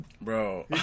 Bro